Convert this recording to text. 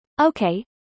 Okay